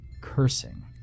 Cursing